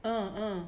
uh uh